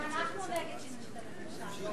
גם אנחנו נגד שינוי שיטת הממשל.